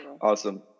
Awesome